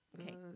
Okay